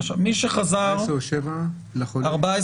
עשרה או שבעה, חולה?